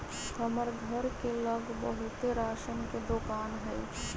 हमर घर के लग बहुते राशन के दोकान हई